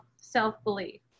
self-belief